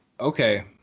Okay